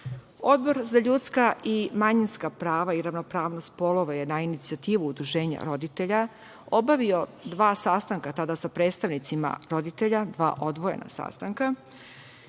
za ljudska i manjinska prava i ravnopravnost polova je na inicijativu udruženja roditelja obavio dva sastanka, tada sa predstavnicima roditelja, dva odvojena sastanka,